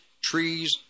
trees